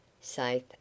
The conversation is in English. safe